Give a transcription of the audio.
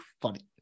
funny